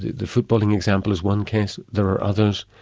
the footballing example is one case, there are others.